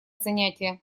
занятие